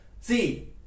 See